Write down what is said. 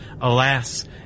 alas